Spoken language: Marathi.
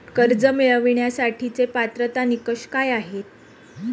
कर्ज मिळवण्यासाठीचे पात्रता निकष काय आहेत?